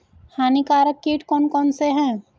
हानिकारक कीट कौन कौन से हैं?